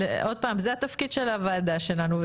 זהו התפקיד של הוועדה שלנו,